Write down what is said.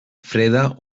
freda